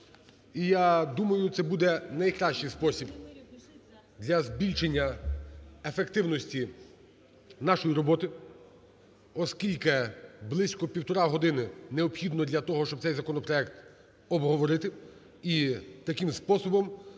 І я думаю, це буде найкращий спосіб для збільшення ефективності нашої роботи, оскільки близько півтори години необхідно для того, щоб цей законопроект обговорити. І таким способом